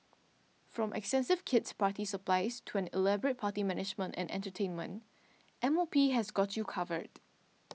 from kid's party supplies to an elaborate party management and entertainment M O P has got you covered